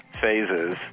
phases